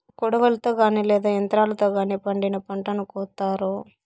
కొడవలితో గానీ లేదా యంత్రాలతో గానీ పండిన పంటను కోత్తారు